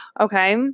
Okay